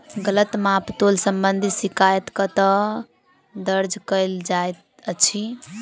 गलत माप तोल संबंधी शिकायत कतह दर्ज कैल जाइत अछि?